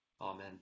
Amen